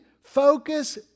focus